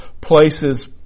places